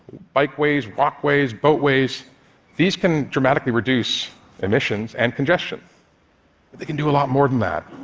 bikeways, walkways, boatways these can dramatically reduce emissions and congestion. but they can do a lot more than that.